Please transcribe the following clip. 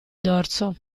dorso